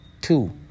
Two